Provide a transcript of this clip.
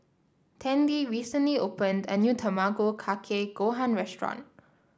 Tandy recently opened a new Tamago Kake Gohan restaurant